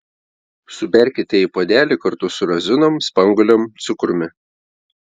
suberkite į puodelį kartu su razinom spanguolėm cukrumi